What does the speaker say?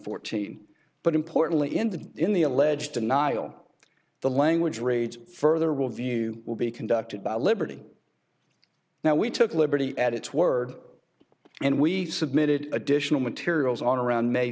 fourteen but importantly in the in the alleged denial the language rates further review will be conducted by liberty now we took liberty at its word and we submitted additional materials on around may